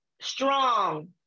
strong